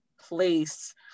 place